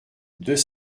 deux